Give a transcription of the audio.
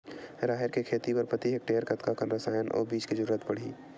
राहेर के खेती बर प्रति हेक्टेयर कतका कन रसायन अउ बीज के जरूरत पड़ही?